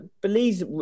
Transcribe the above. Belize